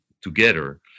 together